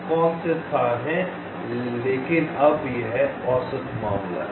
अब लेकिन यह औसत मामला है